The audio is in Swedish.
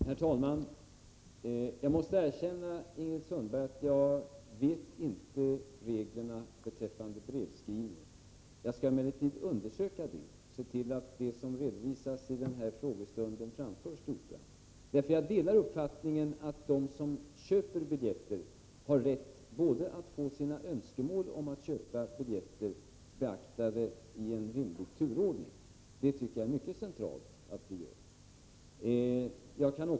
Herr talman! Jag måste erkänna, Ingrid Sundberg, att jag inte känner till reglerna beträffande brevbeställning. Jag skall emellertid undersöka det och se till att det som redovisas i den här frågestunden framförs till Operan, för jag delar uppfattningen att de som köper biljetter har rätt att få sina önskemål om att köpa biljetter beaktade i en rimlig turordning. Det tycker jag är mycket centralt.